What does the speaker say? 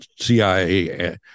CIA